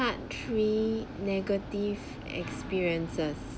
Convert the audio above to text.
part three negative experiences